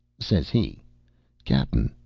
says he cap'n,